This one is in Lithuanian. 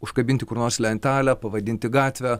užkabinti kur nors lentelę pavadinti gatvę